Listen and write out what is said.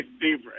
favorite